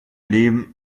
lehm